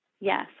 Yes